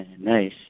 Nice